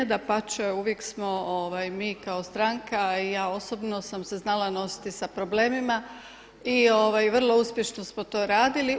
Dapače, uvijek smo mi kao stranka i ja osobno sam se znala nositi sa problemima i vrlo uspješno smo to radili.